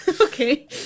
Okay